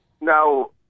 Now